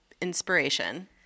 inspiration